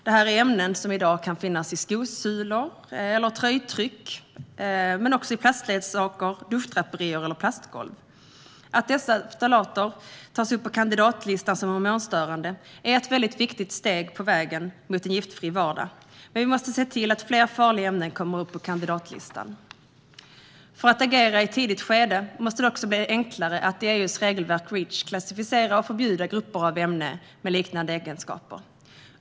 Det är ämnen som i dag kan finnas i skosulor och tröjtryck men också i plastleksaker, duschdraperier och plastgolv. Att dessa ftalater tas upp på kandidatlistan som hormonstörande är ett viktigt steg på vägen mot en giftfri vardag, men vi måste se till att fler farliga ämnen kommer upp på kandidatlistan. För att vi ska kunna agera i ett tidigt skede måste det bli enklare att i Reach klassificera och förbjuda grupper av ämnen med liknande egenskaper.